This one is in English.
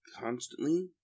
constantly